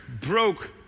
broke